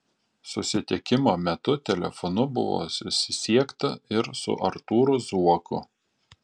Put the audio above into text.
susitikimo metu telefonu buvo susisiekta ir su artūru zuoku